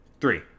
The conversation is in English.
Three